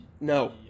No